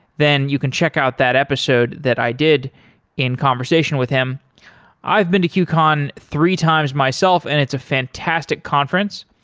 then you can check out that episode that i did in conversation with him i've been to qcon three times myself and it's a fantastic conference.